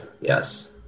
Yes